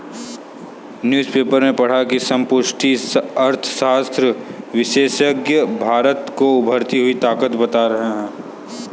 newspaper में पढ़ा की समष्टि अर्थशास्त्र विशेषज्ञ भारत को उभरती हुई ताकत बता रहे हैं